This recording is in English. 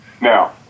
Now